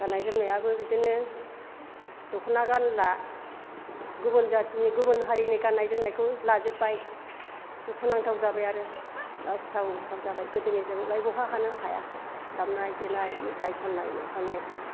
गाननाय जोमनायाबो बिदिनो दखना गानला गुबुन जाथिनि गुबुन हारिनि गाननाय जोमनायखौ लाजोबबाय दुखु नांथाव जाबाय आरो लाजिथावथाव जाबाय गोदोनिजोंलाय बहा हानो हाया दामनाय देनाय मेथाइ खननाय मोसानाय